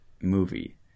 movie